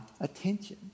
attention